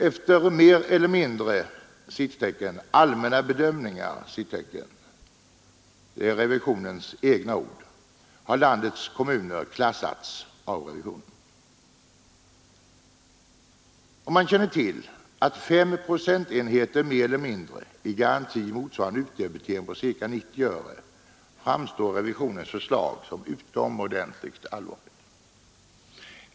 Efter mer eller mindre ”allmänna bedömningar” — det är revisionens egna ord — har landets kommuner klassats av revisionen. Om man känner till att fem procentenheter mer eller mindre i garanti motsvarar en utdebitering på ca 90 öre framstår revisionens förslag som utomordentligt allvarligt.